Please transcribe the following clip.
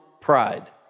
pride